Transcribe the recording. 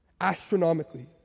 astronomically